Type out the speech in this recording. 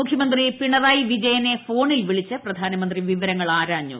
മുഖ്യമന്ത്രി പിണറായി വിജയനെ ഫോണിൽ വിളിച്ച് പ്രധാനമന്ത്രി വിവരങ്ങൾ ആരാഞ്ഞു